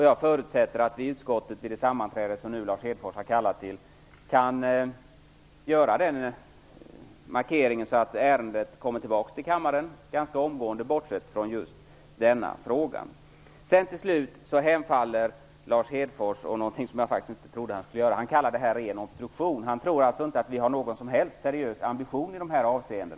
Jag förutsätter att vi i utskottet, vid det sammanträde som Lars Hedfors nu har kallat till, kan göra en markering så att ärendet, bortsett från just denna fråga, kommer tillbaka till kammaren ganska omgående. Sedan hemfaller Lars Hedfors åt något jag inte trodde han skulle göra: han kallar detta ren obstruktion. Han tror alltså inte att vi har någon som helst seriös ambition i dessa avseenden.